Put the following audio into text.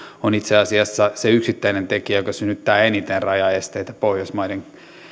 on itse asiassa se yksittäinen tekijä joka synnyttää eniten rajaesteitä pohjoismaiden